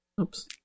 Oops